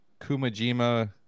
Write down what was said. Kumajima